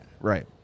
Right